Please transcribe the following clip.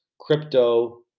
crypto